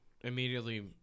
immediately